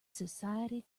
society